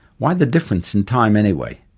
why the difference in time anyway?